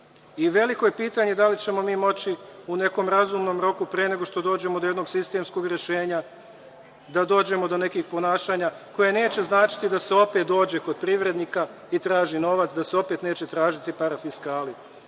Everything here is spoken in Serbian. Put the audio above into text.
Veliko je pitanje da li ćemo mi moći u nekom razumnom roku, pre nego što dođemo do jednog sistemskog rešenja, da dođemo do nekih ponašanja koja neće značiti da se opet dođe kod privrednika i traži novac, da se opet neće tražiti parafiskali,